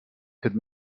could